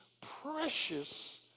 precious